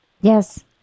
Yes